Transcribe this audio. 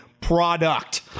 product